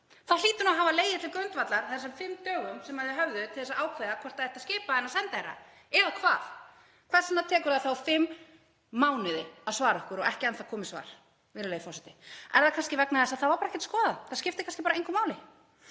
Þá hlýtur það að hafa legið til grundvallar á þessum fimm dögum sem við höfðum til þess að ákveða hvort það ætti að skipa sendiherra. Eða hvað? Hvers vegna tekur það þá fimm mánuði að svara okkur og ekki enn þá komið svar, virðulegi forseti? Er það kannski vegna þess að það var bara ekkert skoðað? Það skiptir kannski bara engu máli.